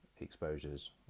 exposures